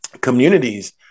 communities